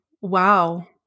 wow